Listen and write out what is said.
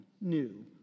new